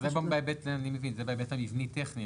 אני מבין, זה בהיבט המבני טכני.